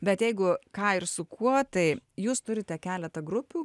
bet jeigu ką ir su kuo tai jūs turite keletą grupių